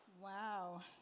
Wow